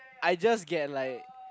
I just get like